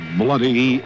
bloody